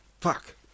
fuck